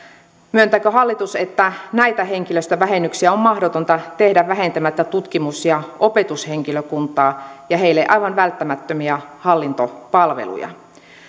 myöntääkö hallitus että näitä henkilöstövähennyksiä on mahdotonta tehdä vähentämättä tutkimus ja opetushenkilökuntaa ja heille aivan välttämättömiä hallintopalveluja